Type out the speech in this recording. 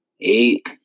eight